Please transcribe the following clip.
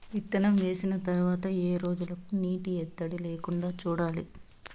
విత్తనం వేసిన తర్వాత ఏ రోజులకు నీటి ఎద్దడి లేకుండా చూడాలి?